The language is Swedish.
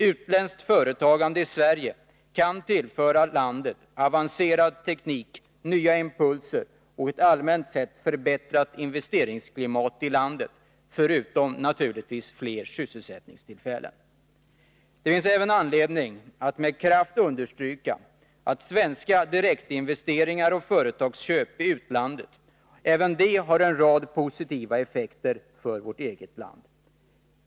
Utländskt företagande i Sverige kan tillföra landet avancerad teknik, nya impulser och ett allmänt sett förbättrat investeringsklimat i landet — förutom naturligtvis fler sysselsättningstillfällen. Det finns även anledning att med kraft understryka att svenska direktinvesteringar och företagsköp i utlandet har en rad positiva effekter för vårt eget land.